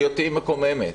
אותי היא מקוממת.